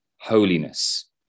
holiness